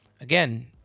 Again